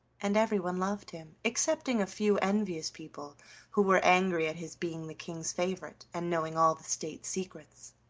and everyone loved him, excepting a few envious people who were angry at his being the king's favorite and knowing all the state secrets.